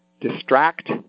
distract